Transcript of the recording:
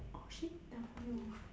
oh shit